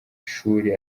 ishuri